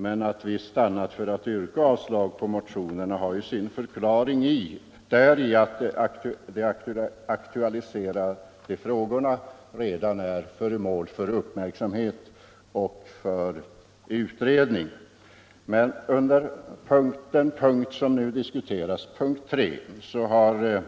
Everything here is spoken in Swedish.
Men att vi stannat för att yrka avslag på motionerna har sin förklaring däri att de aktualiserade frågorna redan är uppmärksammade och föremål för utredning. Under punkten 3, som vi nu diskuterar, har